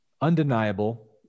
undeniable